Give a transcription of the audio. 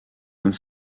comme